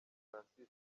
francis